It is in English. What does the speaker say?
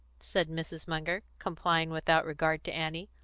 said mrs. munger, complying without regard to annie,